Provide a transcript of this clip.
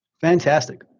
fantastic